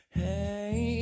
hey